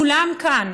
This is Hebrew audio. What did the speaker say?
כולם כאן,